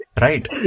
Right